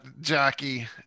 Jackie